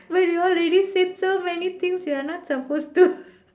but you already said so many things you're not supposed to